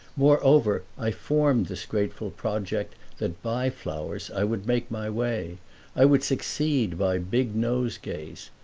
moreover i formed this graceful project that by flowers i would make my way i would succeed by big nosegays.